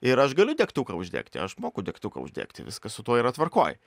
ir aš galiu degtuką uždegti aš moku degtuką uždegti viskas su tuo yra tvarkoj